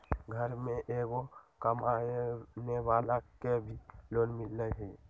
घर में एगो कमानेवाला के भी लोन मिलहई?